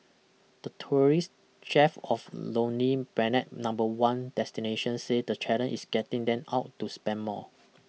the tourist chef of Lonely Planet number one destination say the challenge is getting them out to spend more